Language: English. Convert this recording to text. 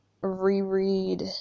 reread